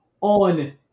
On